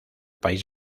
país